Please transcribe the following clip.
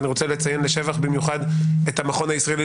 ואני רוצה לציין לשבח במיוחד את המכון הישראלי